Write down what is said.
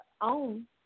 own